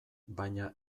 baina